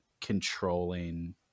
controlling